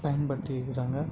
பயன்படுத்திகிறாங்க